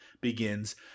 begins